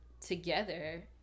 together